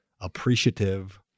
appreciative